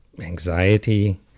anxiety